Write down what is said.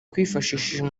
kwifashisha